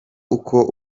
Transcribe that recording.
uko